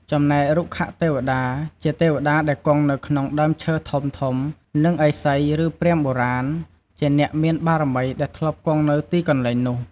ចំណែករុក្ខទេវតា ជាទេវតាដែលគង់នៅក្នុងដើមឈើធំៗ និងឥសី ឬព្រាហ្មណ៍បុរាណ ជាអ្នកមានបារមីដែលធ្លាប់គង់នៅទីកន្លែងនោះ។។